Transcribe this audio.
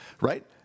Right